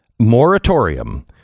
moratorium